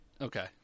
Okay